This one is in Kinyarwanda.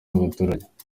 w’abaturage